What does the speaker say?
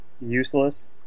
useless